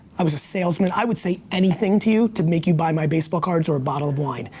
i was a salesman. i would say anything to you to make you buy my baseball cards or a bottle of wine.